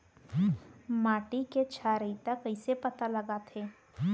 माटी के क्षारीयता कइसे पता लगथे?